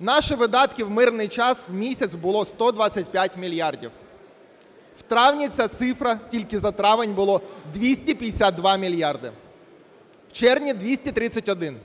Наші видатки в мирний час в місяць були 125 мільярдів. В травні ця цифра, тільки за травень було 252 мільярди, в червні – 231.